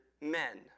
men